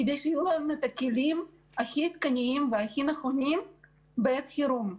כדי שיהיו להם את הכלים הכי עדכניים והכי נכונים בעת חירום.